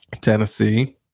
Tennessee